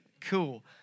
Cool